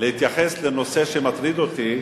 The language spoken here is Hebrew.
להתייחס לנושא שמטריד אותי,